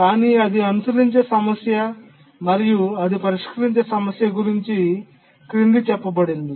కానీ అది అనుసరించే సమస్య మరియు అది పరిష్కరించే సమస్య గురించి క్రింది చెప్పబడింది